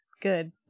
good